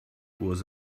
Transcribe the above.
was